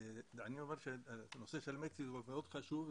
הנושא של מקסיקו מאוד חשוב,